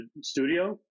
studio